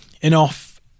enough